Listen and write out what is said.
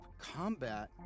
combat